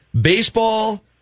Baseball